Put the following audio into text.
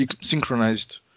synchronized